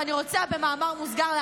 ואני רוצה להגיד לכם פה במאמר מוסגר: